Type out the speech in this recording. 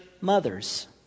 mothers